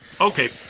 Okay